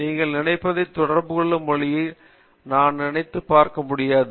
நீங்கள் நினைப்பதைத் தொடர்புகொள்ளும் மொழியை நீங்கள் நினைத்துப் பார்க்க முடியாது